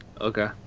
Okay